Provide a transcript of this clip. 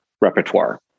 repertoire